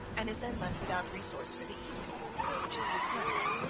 and is then left without resources for the evening which is useless.